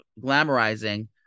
glamorizing